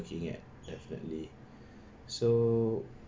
looking at definitely so